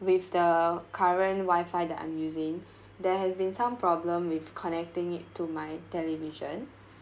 with the current wifi that I'm using there has been some problem with connecting it to my television